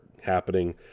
happening